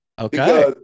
Okay